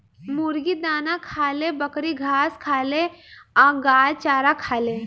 मुर्गी दाना खाले, बकरी घास खाले आ गाय चारा खाले